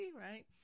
right